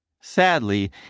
Sadly